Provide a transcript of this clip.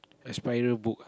a spiral book